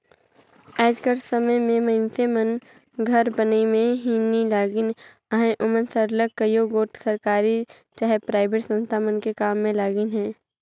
आएज कर समे में मइनसे मन घर बनई में ही नी लगिन अहें ओमन सरलग कइयो गोट सरकारी चहे पराइबेट संस्था मन में काम में लगिन अहें